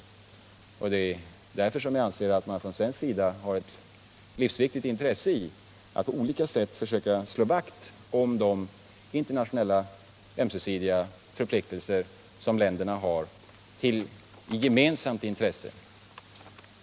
Det är därför som jag anser att det för Sverige är livsviktigt att på olika sätt försöka slå vakt om de internationella ömsesidiga förpliktelser som länderna har i gemensamt intresse.